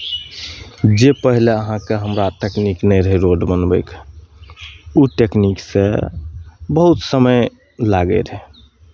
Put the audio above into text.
जे पहिले अहाँकेँ हमरा टेकनीक नहि रहै रोड बनबैके ओ टेकनीकसँ बहुत समय लागैत रहै